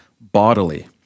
bodily